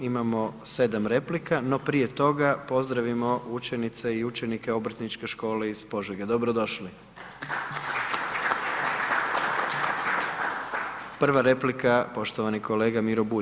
Imamo sedam replika, no prije toga pozdravimo učenice i učenike Obrtničke škole iz Požege, dobro došli. Prva replika poštovani kolega Miro Bulj.